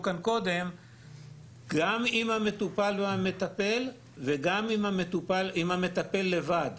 גם עם המטופל והמטפל וגם עם המטפל לבד